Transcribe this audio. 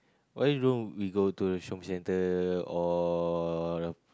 why don't we go to the shopping center or